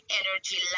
energy